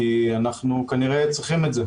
כי אנחנו כנראה צריכים את זה,